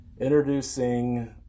introducing